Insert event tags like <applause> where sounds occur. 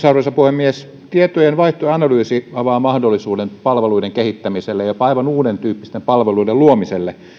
<unintelligible> arvoisa puhemies tietojenvaihtoanalyysi avaa mahdollisuuden palveluiden kehittämiselle jopa aivan uudentyyppisten palveluiden luomiselle